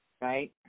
right